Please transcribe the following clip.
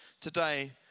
today